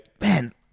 man